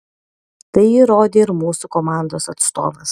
tai įrodė ir mūsų komandos atstovas